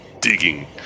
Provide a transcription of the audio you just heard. digging